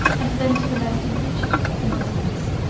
and then to the most indigent, of the moslems.